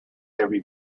every